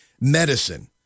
medicine